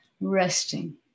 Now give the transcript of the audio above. resting